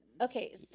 Okay